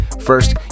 First